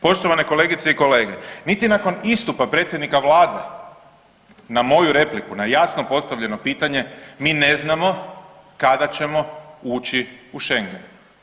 Poštovane kolegice i kolege, niti nakon istupa predsjednika vlade na moju repliku, na jasno postavljeno pitanje mi ne znamo kada ćemo ući u šengen.